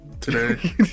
today